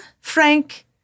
Frank